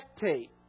spectate